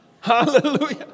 Hallelujah